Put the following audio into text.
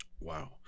wow